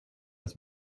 ett